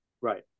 right